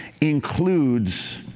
includes